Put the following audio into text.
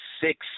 six